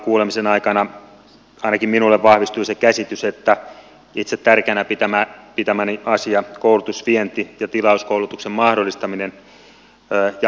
kuulemisen aikana ainakin minulle vahvistui se käsitys että itse tärkeänä pitämäni asia koulutusvienti ja tilauskoulutuksen mahdollistaminen jatkossa helpottuu